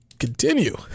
continue